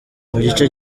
gice